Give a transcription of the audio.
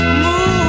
move